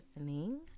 listening